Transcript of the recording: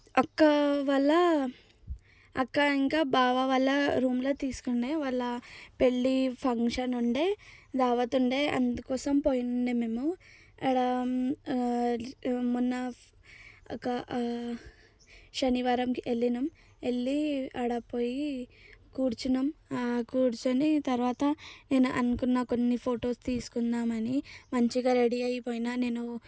అక్క వాళ్ళ అక్క ఇంకా బావ వాళ్ళ రూంలో తీసుకున్నాయి వాళ్ళ పెళ్ళి ఫంక్షన్ ఉండే దావత్ ఉండే అందుకోసం పోయి ఉండే మేము ఆడ మన అక్క శనివారంకి వెళ్ళాము వెళ్ళి ఆడ పోయి కూర్చున్నాము కూర్చొని తరువాత నేను అనుకున్న కొన్ని ఫొటోస్ తీసుకున్నామని మంచిగా రెడీ అయిపోయిన నేను